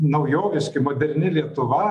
naujoviški moderni lietuva